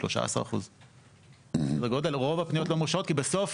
13%. רוב הפניות לא מאושרות כי בסוף